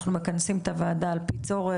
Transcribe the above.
אנחנו מכנסים את הוועדה על פי צורך.